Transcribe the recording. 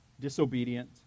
disobedient